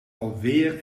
alweer